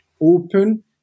open